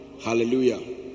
hallelujah